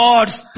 God's